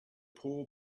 poor